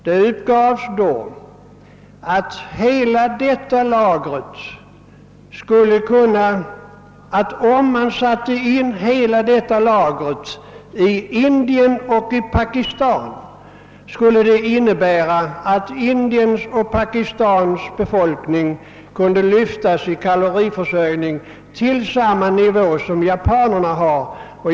Det uppgavs då att om hela detta lager sattes in i Indien och Pakistan skulle det innebära, att Indiens och Pakistans befolkning kunde lyfta sin kaloriförsörjning till samma nivå som japanerna har.